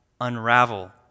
unravel